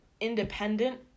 independent